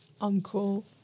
uncle